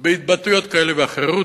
ובהתבטאויות כאלה ואחרות.